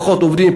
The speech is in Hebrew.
פחות עובדים,